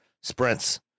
sprints